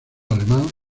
alemán